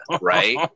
right